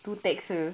to text her